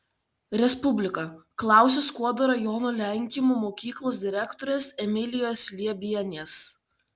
respublika klausė skuodo rajono lenkimų mokyklos direktorės emilijos liebienės